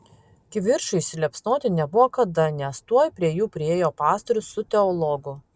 kivirčui įsiliepsnoti nebuvo kada nes tuoj prie jų priėjo pastorius su teologu